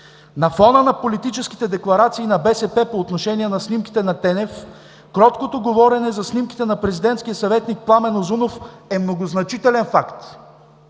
На фона на политическите декларации на БСП по отношение на снимките на Тенев, кроткото говорене за снимките на президентския съветник Пламен Узунов е многозначителен факт.